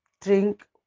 drink